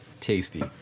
tasty